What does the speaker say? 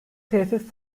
tesis